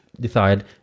decide